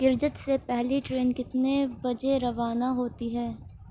کرجت سے پہلی ٹرین کتنے بجے روانہ ہوتی ہے